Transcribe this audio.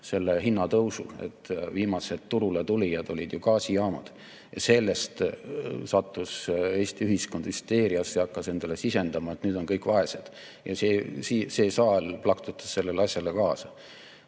selle hinnatõusu. Viimased turule tulijad olid ju gaasijaamad. Sellest sattus Eesti ühiskond hüsteeriasse ja hakkas endale sisendama, et nüüd on kõik vaesed. Ja see saal plaksutas sellele asjale kaasa.